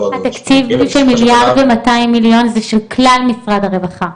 התקציב של מיליארד ומאתיים מיליון זה של כלל משרד הרווחה,